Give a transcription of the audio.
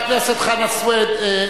חבר הכנסת חנא סוייד,